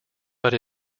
but